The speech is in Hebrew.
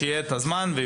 שיהיה את הזמן.